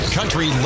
Country